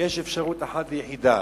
יש אפשרות אחת ויחידה: